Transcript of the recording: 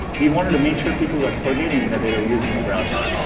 we wanted to make sure people are forgetting that they were using a browser.